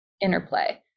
interplay